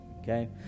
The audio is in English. Okay